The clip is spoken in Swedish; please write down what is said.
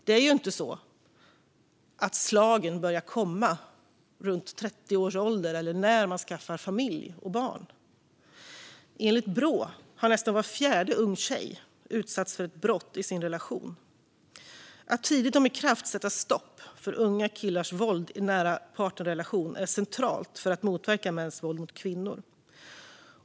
Det är ju inte så att slagen börjar komma runt 30 års ålder eller när man skaffar familj och barn - enligt Brå har nästan var fjärde ung tjej utsatts för ett brott i sin relation. Att tidigt och med kraft sätta stopp för unga killars våld i nära partnerrelation är centralt för att motverka mäns våld mot kvinnor.